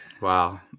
Wow